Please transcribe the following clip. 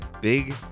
big